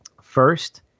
first